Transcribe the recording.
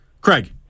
Craig